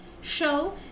show